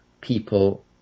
people